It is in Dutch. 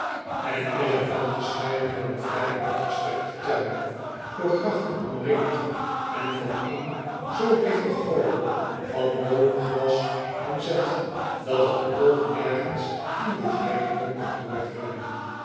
potlood eel is er van gescheiden door een vrij uitgestrekten tuin door grachten omringd en van een z digten gordel van boomgewas omzet dat het oog nergens in dit heiligdom kan doordringen